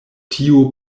tiu